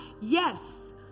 Yes